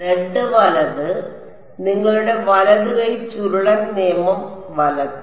z വലത് നിങ്ങളുടെ വലതു കൈ ചുരുളൻ നിയമം വലത്